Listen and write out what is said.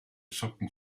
socken